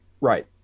right